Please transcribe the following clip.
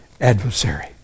adversary